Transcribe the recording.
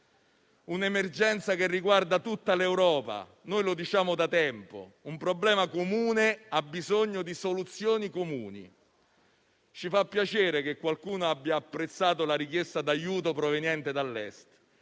un'emergenza che riguarda tutta l'Europa. Lo diciamo da tempo: un problema comune ha bisogno di soluzioni comuni. Ci fa piacere che qualcuno abbia apprezzato la richiesta di aiuto proveniente dall'Est: